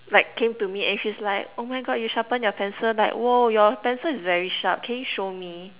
like came to me and she's like oh my God you sharpen your pencil like !woah! your pencil is very sharp can you show me